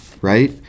right